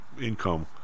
income